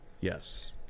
Yes